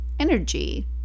energy